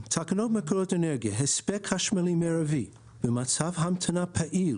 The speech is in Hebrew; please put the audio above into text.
תקנות מקורות אנרגיה )הספק חשמלי מרבי במצב המתנה פעיל